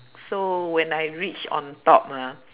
so when I reach on top ah